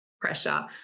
pressure